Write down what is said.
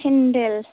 सेन्देल